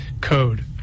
code